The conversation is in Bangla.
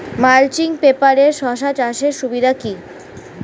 মালচিং পেপারে শসা চাষের সুবিধা কি?